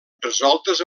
resoltes